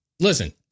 Listen